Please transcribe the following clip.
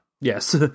Yes